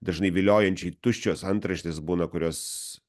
dažnai viliojančiai tuščios antraštės būna kurios